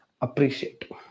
appreciate